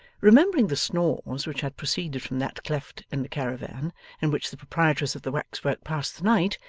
remembering the snores which had proceeded from that cleft in the caravan in which the proprietress of the wax-work passed the night,